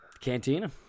Cantina